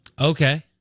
Okay